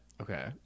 okay